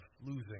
losing